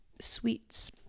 sweets